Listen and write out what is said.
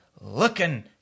looking